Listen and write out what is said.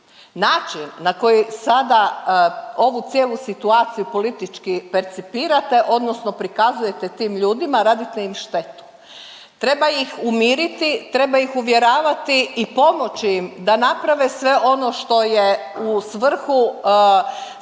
način na koji sada ovu cijelu situaciju politički percipirate odnosno prikazujete tim ljudima, radite im štetu. Treba ih umiriti, treba ih uvjeravati i pomoći im da naprave sve ono što je u svrhu stvaranja